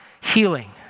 healing